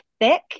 thick